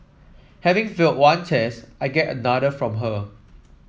having feel one test I get another from her